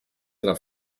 tra